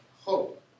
hope